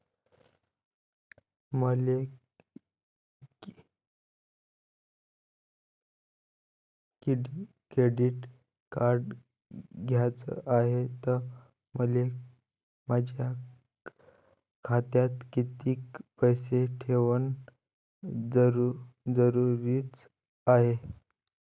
मले credit card घ्याचं हाय, त मले माया खात्यात कितीक पैसे ठेवणं जरुरीच हाय?